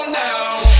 now